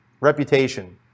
reputation